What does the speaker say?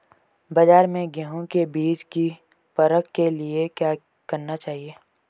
बाज़ार में गेहूँ के बीज की परख के लिए क्या करना चाहिए?